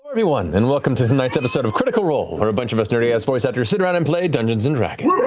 everyone, and welcome to tonight's episode of critical role, where a bunch of us nerdy-ass voice actors sit around and play dungeons and dragons.